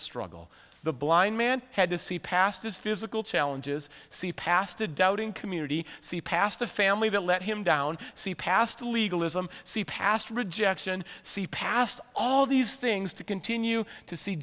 struggle the blind man had to see past his physical challenges see past the doubting community see past a family that let him down see past legalism see past rejection see past all these things to continue to see